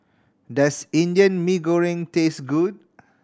does Indian Mee Goreng taste good